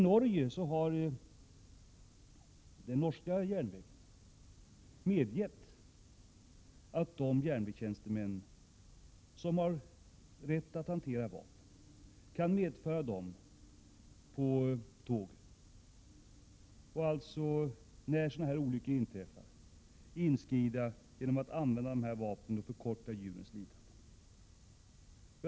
I Norge har man vid den norska järnvägen medgivit att de järnvägstjänstemän som har rätt att hantera vapen kan medföra dessa på tåget och, när viltolyckor inträffar, ingripa och förkorta djurens lidande genom att använda dessa vapen.